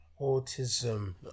Autism